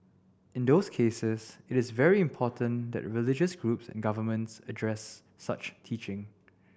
in those cases it is very important that religious groups and governments address such teaching